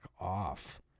off